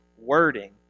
wording